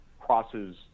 crosses